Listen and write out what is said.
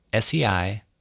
SEI